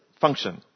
function